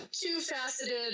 two-faceted